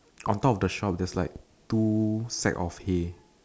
on top of the shop there's like two set of A